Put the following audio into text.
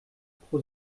pro